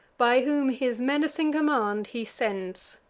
by whom his menacing command he sends